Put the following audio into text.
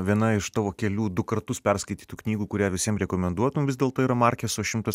viena iš tavo kelių du kartus perskaitytų knygų kurią visiem rekomenduotum vis dėlto yra markeso šimtas